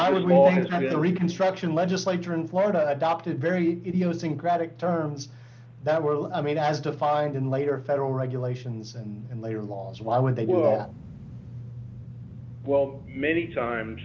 the reconstruction legislature in florida adopted very idiosyncratic terms that were i mean as defined in later federal regulations and later laws why when they will well many times